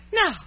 no